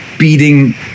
beating